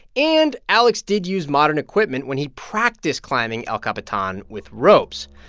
and alex did use modern equipment when he practiced climbing el capitan with ropes.